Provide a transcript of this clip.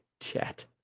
Chat